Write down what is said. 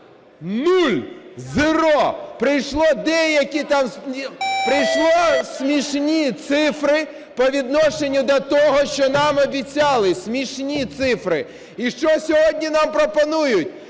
Нуль, зеро. Прийшли смішні цифри по відношенню до того, що нам обіцяли. Смішні цифри. І що сьогодні нам пропонують,